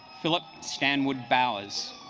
phillips stanwood bowers